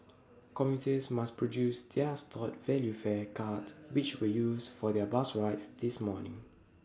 commuters must produce their stored value fare cards which were used for their bus rides this morning